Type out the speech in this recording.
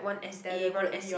deliberately